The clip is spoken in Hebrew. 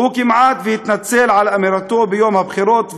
הוא כמעט התנצל על אמירתו ביום הבחירות,